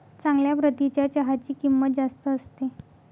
चांगल्या प्रतीच्या चहाची किंमत जास्त असते